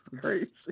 Crazy